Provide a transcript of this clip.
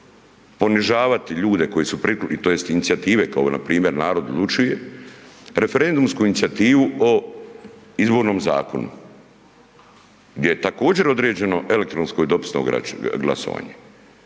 ponižavati ljude koji su .../nerazumljivo/... tj. inicijative, kao npr. Narod odlučuje, referendumsku inicijativu o Izbornom zakonu, gdje je također, određeno elektronsko i dopisno glasovanje.